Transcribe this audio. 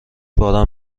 باران